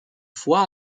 fois